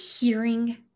hearing